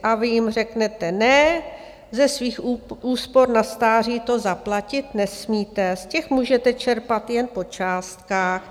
Vy jim řeknete ne, ze svých úspor na stáří to zaplatit nesmíte, z těch můžete čerpat jen po částkách.